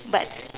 but